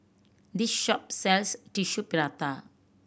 this shop sells Tissue Prata